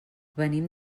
venim